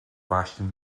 waśń